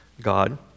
God